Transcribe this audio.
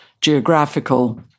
geographical